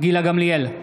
גילה גמליאל,